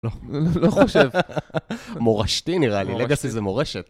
לא חושב, מורשתי נראה לי, לגאסי זה מורשת.